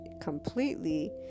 completely